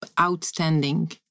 outstanding